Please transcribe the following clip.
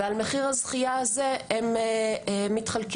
ועל מחיר הזכייה הזה הם מתחלקים.